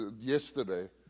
yesterday